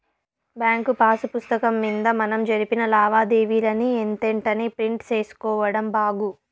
bank pass పుస్తకం మింద మనం జరిపిన లావాదేవీలని ఎంతెంటనే ప్రింట్ సేసుకోడం బాగు